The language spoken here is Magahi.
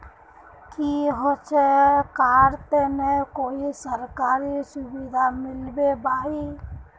की होचे करार तने कोई सरकारी सुविधा मिलबे बाई?